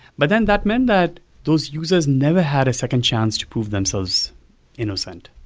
but then that meant that those users never had a second chance to prove themselves innocent.